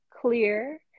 clear